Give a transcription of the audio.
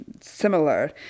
similar